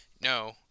no